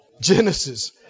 Genesis